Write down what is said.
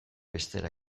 bestera